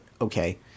okay